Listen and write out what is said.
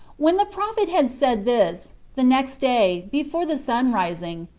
when the prophet had said this, the next day, before the sun-rising,